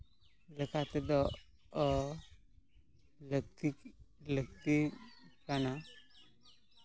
ᱞᱮᱠᱟᱛᱮᱫᱚ ᱞᱟᱹᱠᱛᱤ ᱞᱟᱹᱠᱛᱤ ᱠᱟᱱᱟ